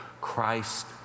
Christ